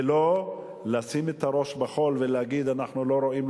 ולא לשים את הראש בחול ולהגיד: אנחנו לא רואים,